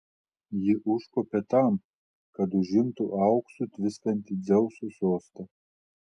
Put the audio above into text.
ji užkopė tam kad užimtų auksu tviskantį dzeuso sostą